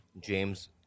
James